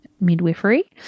midwifery